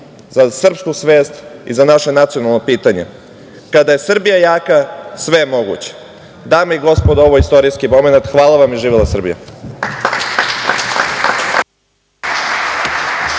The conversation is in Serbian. za srpsku svest i za naše nacionalno pitanje. Kada je Srbija jaka sve je moguće. Dame i gospodo, ovo je istorijski momenat. Hvala vam i živela Srbija.